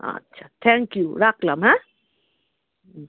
আচ্ছা thank you রাখলাম হ্যাঁ হুম